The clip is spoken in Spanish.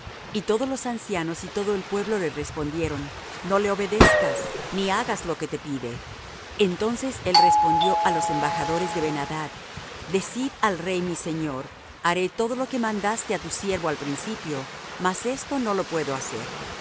y todos los ancianos y todo el pueblo le respondieron no le obedezcas ni hagas lo que te pide entonces él respondió á los embajadores de ben adad decid al rey mi señor haré todo lo que mandaste á tu siervo al principio mas esto no lo puedo hacer